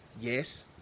yes